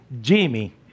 Jimmy